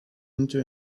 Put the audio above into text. into